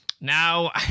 Now